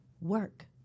work